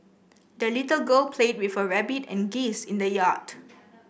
the little girl played with her rabbit and geese in the yard